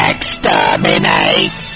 Exterminate